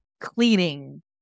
cleaning